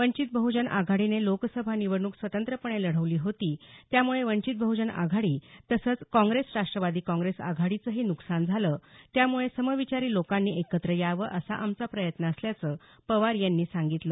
वंचित बहूजन आघाडीने लोकसभा निवडणूक स्वतंत्रपणे लढवली होती त्यामुळे वंचित बहुजन आघाडी तसंच काँग्रेस राष्ट्रवादी काँग्रेस आघाडीचंही नुकसान झालं त्यामुळे समविचारी लोकांनी एकत्र यावं असा आमचा प्रयत्न असल्याचं पवार यांनी सांगितलं